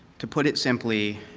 to put it simply,